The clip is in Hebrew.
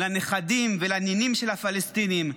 לנכדים ולנינים של הפלסטינים,